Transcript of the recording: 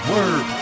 Word